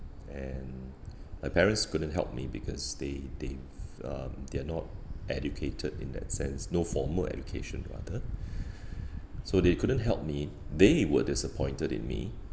and my parents couldn't help me because they they um they are not educated in that sense no formal education rather so they couldn't help me they were disappointed in me